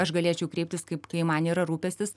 aš galėčiau kreiptis kaip kai man yra rūpestis